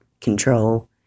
control